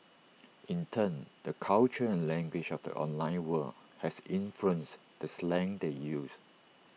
in turn the culture and language of the online world has influenced the slang they use